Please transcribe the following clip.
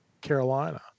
Carolina